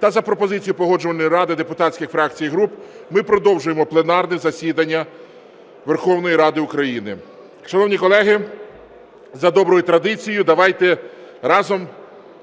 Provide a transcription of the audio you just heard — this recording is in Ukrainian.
та за пропозицією Погоджувальної ради депутатських фракцій і груп ми продовжуємо пленарне засідання Верховної Ради України. Шановні колеги, за доброю традицією давайте разом